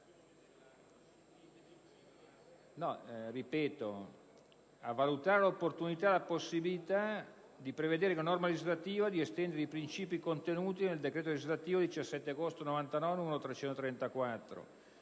Governo: a valutare l'opportunità e la possibilità di prevedere, con norma legislativa, di estendere i principi contenuti nel decreto legislativo 17 agosto 1999, n. 334,